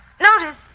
notice